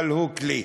הוא כלי.